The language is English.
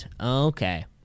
Okay